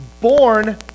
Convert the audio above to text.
born